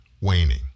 waning